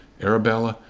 arabella,